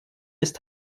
ist